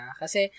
kasi